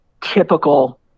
typical